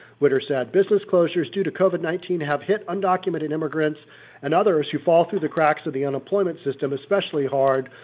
with her sad business closures due to covid nineteen have hit undocumented immigrants and others who fall through the cracks of the unemployment system especially hard,